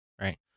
Right